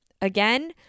Again